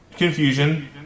Confusion